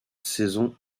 saison